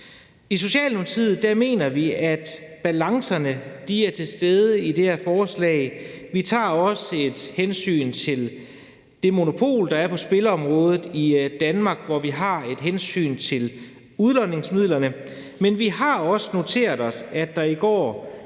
I Socialdemokratiet mener vi, at balancerne er til stede i det her forslag. Vi tager også et hensyn til det monopol, der er på spilleområdet i Danmark, hvor vi har et hensyn til udlodningsmidlerne. Men vi har også noteret os, at der i går